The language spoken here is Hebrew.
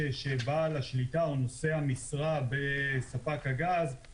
בין היתר, שיקולי ביטחון לאומי בעת מתן רישיונות.